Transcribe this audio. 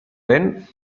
vent